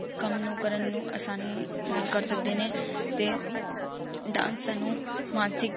ਕੰਮ ਨੂੰ ਕਰਨ ਨੂੰ ਆਸਾਨੀ ਨਾਲ ਕਰ ਸਕਦੇ ਨੇ ਅਤੇ ਡਾਂਸ ਸਾਨੂੰ ਮਾਨਸਿਕ